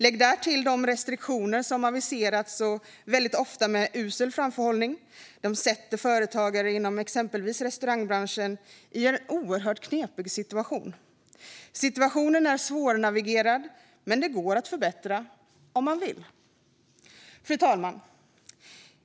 Lägg därtill de restriktioner som aviserats, väldigt ofta med usel framförhållning. De sätter företagare inom exempelvis restaurangbranschen i en oerhört knepig situation. Situationen är svårnavigerad, men den går att förbättra om man vill. Fru talman!